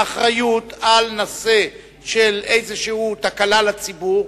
האחריות כאשר יש איזושהי תקלה לציבור,